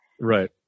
Right